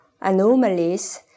anomalies